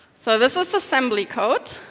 so this is assembly code.